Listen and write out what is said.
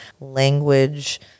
language